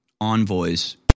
envoys